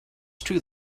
true